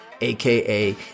aka